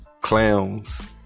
Clowns